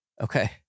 okay